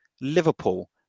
liverpool